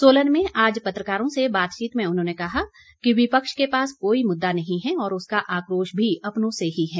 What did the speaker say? सोलन में आज पत्रकारों से बातचीत में उन्होंने कहा कि विपक्ष के पास कोई मुद्दा नहीं है और उसका आक्रोश भी अपनों से ही है